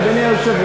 אדוני היושב-ראש,